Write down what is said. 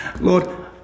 Lord